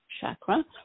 chakra